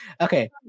Okay